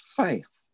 faith